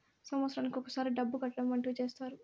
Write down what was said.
సంవత్సరానికి ఒకసారి డబ్బు కట్టడం వంటివి చేత్తారు